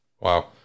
Wow